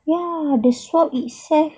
ya that's why it's sad